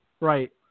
right